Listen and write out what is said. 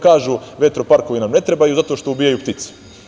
Kažu – vetroparkovi nam ne trebaju zato što ubijaju ptice.